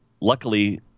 luckily